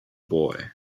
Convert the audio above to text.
boy